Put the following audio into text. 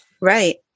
Right